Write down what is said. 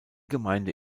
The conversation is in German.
gemeinde